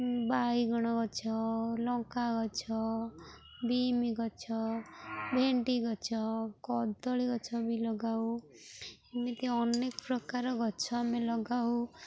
ବାଇଗଣ ଗଛ ଲଙ୍କା ଗଛ ବିମି ଗଛ ଭେଣ୍ଡି ଗଛ କଦଳୀ ଗଛ ବି ଲଗାଉ ଏମିତି ଅନେକ ପ୍ରକାର ଗଛ ଆମେ ଲଗାଉ